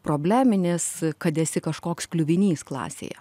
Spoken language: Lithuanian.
probleminis kad esi kažkoks kliuvinys klasėje